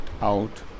out